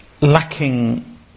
lacking